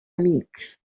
amics